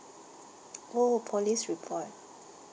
oh police report